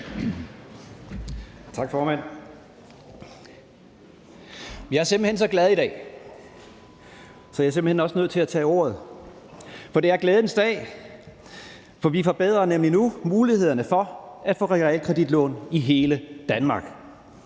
Tak, formand. Jeg er simpelt hen så glad i dag, så jeg er simpelt hen også nødt til at tage ordet. Det er en glædens dag, for vi forbedrer nemlig nu mulighederne for at få realkreditlån i hele Danmark,